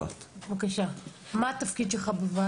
בבקשה, מה התפקיד שלך בוועד?